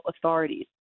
authorities